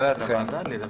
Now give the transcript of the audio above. מה דעתכן?